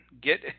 Get